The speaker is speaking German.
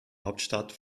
hauptstadt